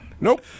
Nope